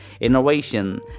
innovation